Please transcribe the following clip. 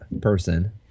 person